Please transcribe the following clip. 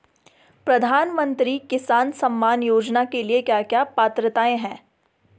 प्रधानमंत्री किसान सम्मान योजना के लिए क्या क्या पात्रताऐं हैं?